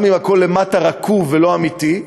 גם אם הכול למטה רקוב ולא אמיתי.